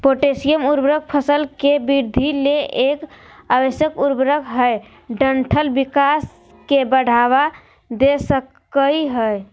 potassium उर्वरक फसल के वृद्धि ले एक आवश्यक उर्वरक हई डंठल विकास के बढ़ावा दे सकई हई